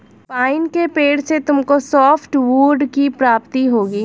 pine के पेड़ से तुमको सॉफ्टवुड की प्राप्ति होगी